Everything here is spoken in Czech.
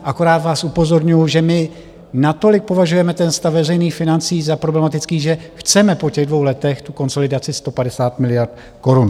Akorát vás upozorňuji, že my natolik považujeme ten stav veřejných financí za problematický, že chceme po těch dvou letech tu konsolidaci 150 miliard korun.